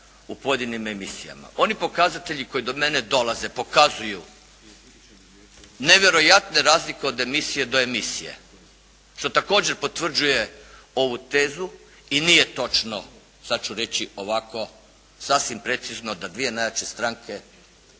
u pojedinim emisijama. Oni pokazatelji koji do mene dolaze pokazuju nevjerojatne razlike od emisije do emisije što također potvrđuje ovu tezu i nije točno, sad ću reći ovako sasvim precizno da dvije najjače stranke sukladno